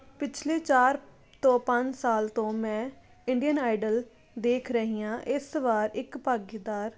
ਪਿਛਲੇ ਚਾਰ ਤੋਂ ਪੰਜ ਸਾਲ ਤੋਂ ਮੈਂ ਇੰਡੀਅਨ ਆਈਡਲ ਦੇਖ ਰਹੀ ਹਾਂ ਇਸ ਵਾਰ ਇੱਕ ਭਾਗੀਦਾਰ